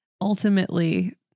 ultimately